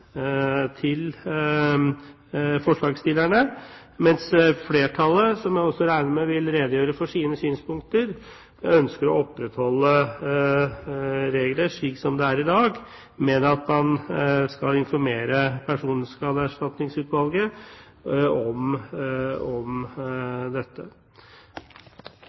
forslagsstillerne, mens flertallet, som jeg også regner med vil redegjøre for sine synspunkter, ønsker å opprettholde reglene slik de er i dag, men at man skal informere Personskadeerstatningsutvalget om dette. Eg viser til at fleire forslagsstillarar frå Høgre gjer framlegg om